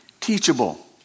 Teachable